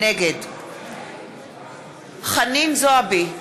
נגד חנין זועבי,